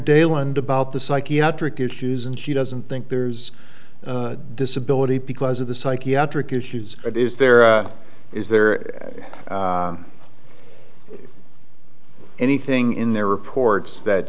dale and about the psychiatric issues and she doesn't think there's disability because of the psychiatric issues that is there or is there anything in their reports that